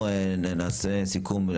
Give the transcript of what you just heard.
נעשה סיכום.